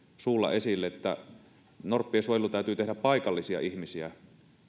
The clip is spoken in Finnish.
suulla esille että norppien suojelu täytyy tehdä paikallisia ihmisiä